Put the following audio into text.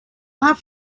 have